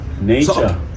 nature